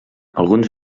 alguns